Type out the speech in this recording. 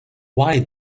why